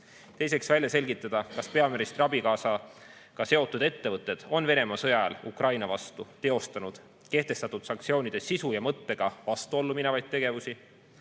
teiseks välja selgitada, kas peaministri abikaasaga seotud ettevõtted on Venemaa sõja ajal Ukraina vastu teostanud kehtestatud sanktsioonide sisu ja mõttega vastuollu minevaid tegevusi;